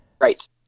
right